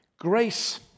Grace